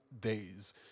days